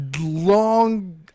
long